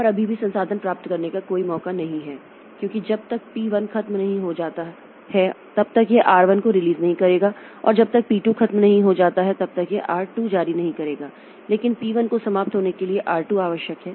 और अभी भी संसाधन प्राप्त करने का कोई मौका नहीं है क्योंकि जब तक पी 1 खत्म नहीं हो जाता है तब तक यह आर 1 को रिलीज नहीं करेगा और जब तक पी 2 खत्म नहीं हो जाता है तब तक यह आर 2 जारी नहीं करेगा लेकिन पी 1 को समाप्त होने के लिए आर 2 आवश्यक है